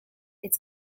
its